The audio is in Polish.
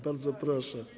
Bardzo proszę.